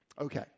Okay